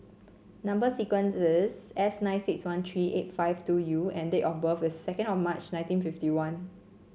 number sequence is S nine six one three eight five two U and date of birth is second of March nineteen fifty one